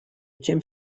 тем